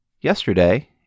yesterday